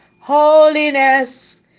holiness